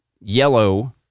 yellow